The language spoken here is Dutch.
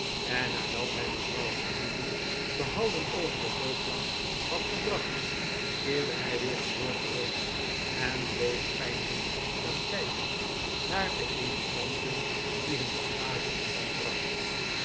en nadat hij mevrouw hominy behouden over de loopplank had gebracht keerde hij weer aan boord terug en bleef peinzend staan kijken naar de emigranten die hun bagage aan land brachten